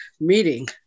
meeting